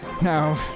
No